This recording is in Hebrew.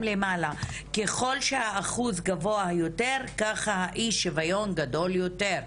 למעלה ככל שהאחוז גבוה יותר ככה האי שוויון גדול יותר.